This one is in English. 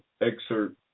excerpt